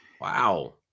Wow